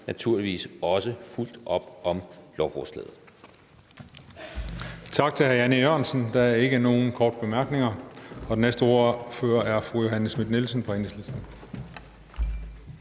naturligvis også fuldt op om lovforslaget.